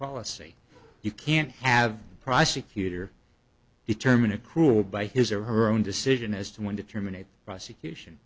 policy you can't have a prosecutor determine accrual by his or her own decision as to when to terminate prosecution